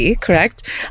correct